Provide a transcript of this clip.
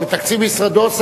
מתקציב משרדו?